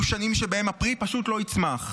יהיו שנים שבהן הפרי פשוט לא יצמח.